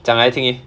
讲来听 leh